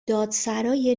دادسرای